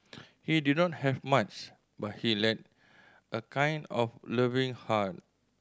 he did not have much but he like a kind of loving heart